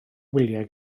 wyliau